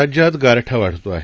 राज्यात गारठा वाढत आहे